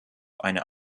eine